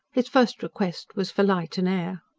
his first request was for light and air.